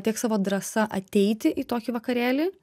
tiek savo drąsa ateiti į tokį vakarėlį